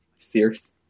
Serious